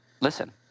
listen